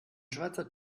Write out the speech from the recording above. schweizer